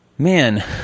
man